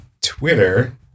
Twitter